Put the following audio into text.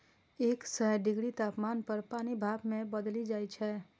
एक सय डिग्री तापमान पर पानि भाप मे बदलि जाइ छै